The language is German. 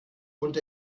und